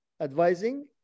advising